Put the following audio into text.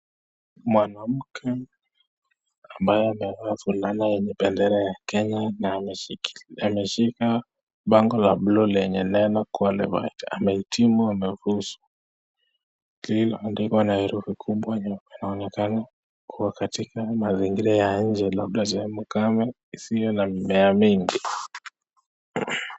Mwanamke ambaye amvaa vulana yenye bendera ya Kenya na ameshikilia, ameshika bango ya buluu lenye lenye neno Ameitimu amefuzu . Hii imeandikwa na herufi kubwa na anaonekana kuwa mazingira ya nje labda shamba ya ukame hisiyo na mmea mingi.